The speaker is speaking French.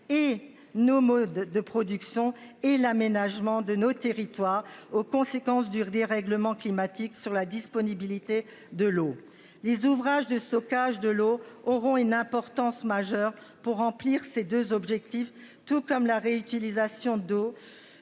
Et nos modes de production et l'aménagement de nos territoires aux conséquences dures dérèglement climatique sur la disponibilité de l'eau des ouvrages de stockage de l'eau auront une importance majeure pour remplir ces 2 objectifs, tout comme la réutilisation d'eaux